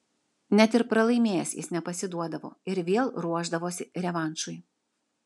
net ir pralaimėjęs jis nepasiduodavo ir vėl ruošdavosi revanšui